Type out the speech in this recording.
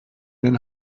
den